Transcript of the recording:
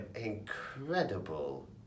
incredible